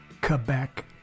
Quebec